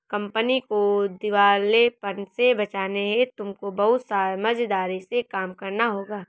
company को दिवालेपन से बचाने हेतु तुमको बहुत समझदारी से काम करना होगा